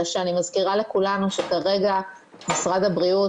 אני מזכירה לכולנו שכרגע משרד הבריאות,